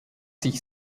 sich